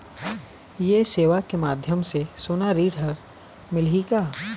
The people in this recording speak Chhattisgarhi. ये सेवा के माध्यम से सोना ऋण हर मिलही का?